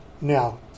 now